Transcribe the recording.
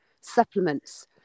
supplements